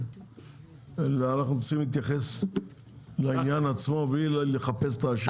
אנחנו צריכים להתייחס לעניין עצמו בלי לחפש אשמים.